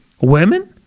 Women